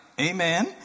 Amen